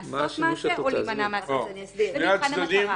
לעשות מעשה או להימנע מעשיית מעשה"; זה מבחן המטרה.